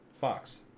Fox